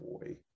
boy